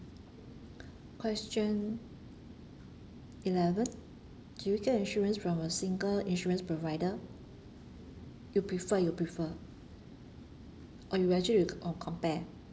question eleven do you get insurance from a single insurance provider you prefer you prefer or you actually you oh compare